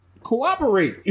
cooperate